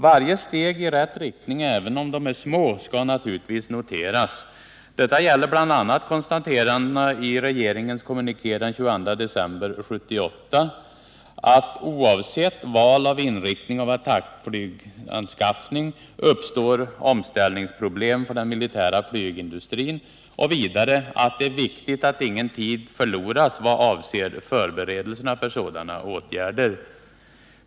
Varje steg i rätt riktning — även om det är litet — skall naturligtvis noteras. Detta gäller bl.a. konstaterandena i regeringens kommuniké den 22 december 1978, där det sägs att ”oavsett val av inriktning av attackflyganskaffning uppstår omställningsproblem för den militära flygindustrin” och vidare att ”det är viktigt att ingen tid förloras vad avser förberedelserna för sådana åtgärder”.